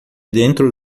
dentro